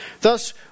Thus